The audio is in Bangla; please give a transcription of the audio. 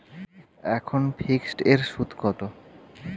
এখন ফিকসড এর সুদ কত?